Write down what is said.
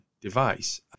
device